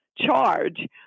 charge